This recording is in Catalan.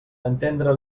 entendre